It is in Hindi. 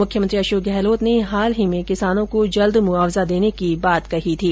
मुख्यमंत्री अशोक गहलोत ने हाल ही में किसानों को जल्द मुआवजा देने की बात कही थी